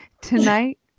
tonight